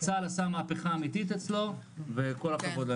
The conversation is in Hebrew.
צה"ל עשה מהפיכה אמיתית אצלו וכל הכבוד להם.